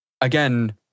again